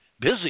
busy